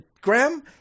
Graham